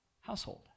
household